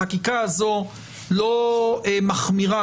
החקיקה הזו לא מחמירה,